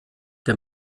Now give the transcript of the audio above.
der